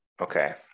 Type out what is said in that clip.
Okay